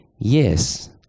Yes